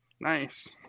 Nice